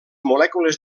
molècules